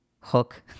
hook